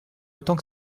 autant